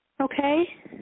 Okay